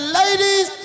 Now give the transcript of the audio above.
ladies